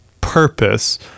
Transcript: purpose